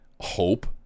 hope